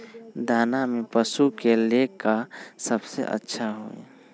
दाना में पशु के ले का सबसे अच्छा होई?